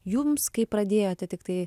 jums kai pradėjote tiktai